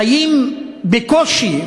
חיים בקושי,